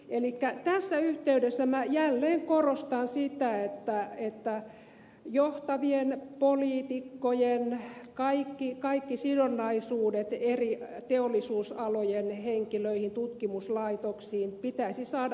tässä yhteydessä minä jälleen korostan sitä että johtavien poliitikkojen kaikki sidonnaisuudet eri teollisuusalojen henkilöihin tutkimuslaitoksiin pitäisi saada päivänvaloon